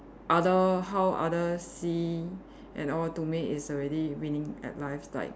other how other see and all to me is already winning at life like